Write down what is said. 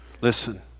Listen